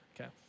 Okay